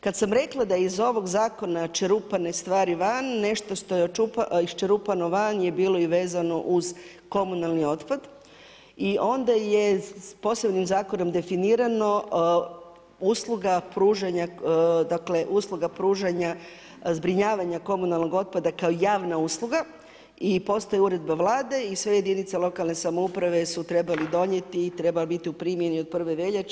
Kad sam rekla da su iz ovog zakona iščerupane neke stvari van, nešto što je iščerupano van je bilo i vezano uz komunalni otpad i onda je s posebnim zakonom definirano usluga pružanja, dakle, usluga pružanja zbrinjavanja komunalnog otpada kao javna usluga i postoji Uredba Vlade i sve jedinice lokalne samouprave su trebale donijeti i treba biti u primjeni od 1. veljače.